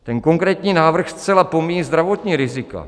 Ten konkrétní návrh zcela pomíjí zdravotní rizika.